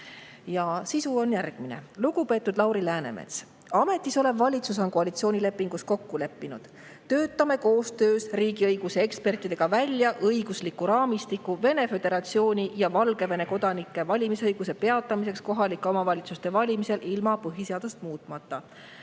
ajal. Sisu on järgmine. Lugupeetud Lauri Läänemets! Ametis olev valitsus on koalitsioonilepingus kokku leppinud: "Töötame koostöös riigiõiguse ekspertidega välja õigusliku raamistiku Vene Föderatsiooni ja Valgevene kodanike valimisõiguse peatamiseks kohalike omavalitsuste valimisel ilma põhiseadust muutmata."